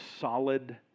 solid